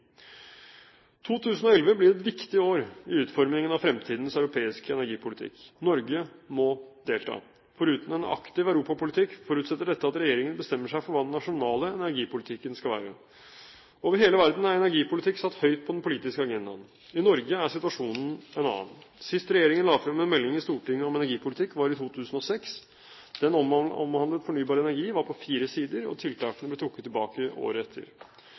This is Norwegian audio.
2011 blir et viktig år i utformingen av fremtidens europeiske energipolitikk. Norge må delta. Foruten en aktiv europapolitikk forutsetter dette at regjeringen bestemmer seg for hva den nasjonale energipolitikken skal være. Over hele verden er energipolitikk satt høyt på den politiske agendaen. I Norge er situasjonen en annen. Sist regjeringen la frem en melding til Stortinget om energipolitikk, var i 2006. Den omhandlet fornybar energi, var på fire sider, og tiltakene ble trukket tilbake året etter.